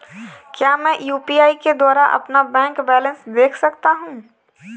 क्या मैं यू.पी.आई के द्वारा अपना बैंक बैलेंस देख सकता हूँ?